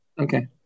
Okay